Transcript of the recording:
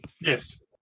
Yes